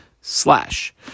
Slash